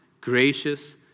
gracious